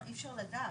אבל אי אפשר לדעת.